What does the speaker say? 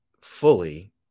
fully